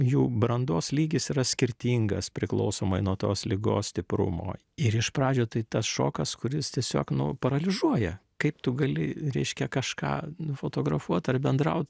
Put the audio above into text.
jų brandos lygis yra skirtingas priklausomai nuo tos ligos stiprumo ir iš pradžių tai tas šokas kuris tiesiog nu paralyžuoja kaip tu gali reiškia kažką nufotografuot ar bendraut